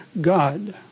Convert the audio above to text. God